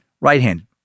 Right-handed